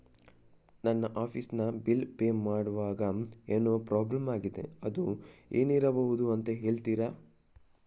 ನನ್ನ ಆಫೀಸ್ ನ bill pay ಮಾಡ್ವಾಗ ಏನೋ ಪ್ರಾಬ್ಲಮ್ ಆಗಿದೆ ಅದು ಏನಿರಬಹುದು ಅಂತ ಹೇಳ್ತೀರಾ?